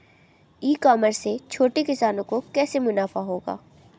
ई commerce से छोटे किसानों को कैसे मुनाफा होगा?